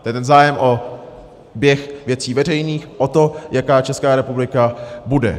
To je ten zájem o běh věcí veřejných, o to, jaká Česká republika bude.